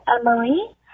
Emily